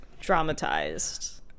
dramatized